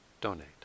donate